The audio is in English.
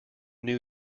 new